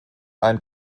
ein